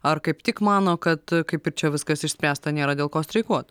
ar kaip tik mano kad kaip ir čia viskas išspręsta nėra dėl ko streikuot